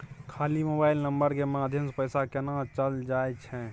खाली mobile number के माध्यम से पैसा केना चल जायछै?